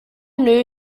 knew